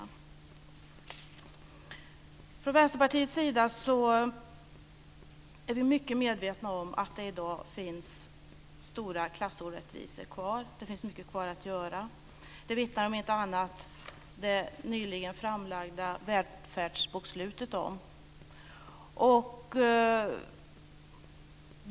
Vi är från Vänsterpartiets sida mycket medvetna om att det dag finns stora klassorättvisor kvar och att det finns mycket kvar att göra. Om detta vittnar om inte annat det nyligen framlagda välfärdsbokslutet.